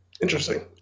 Interesting